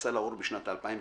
יצא לאור בשנת 2015,